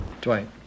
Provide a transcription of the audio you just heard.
Dwight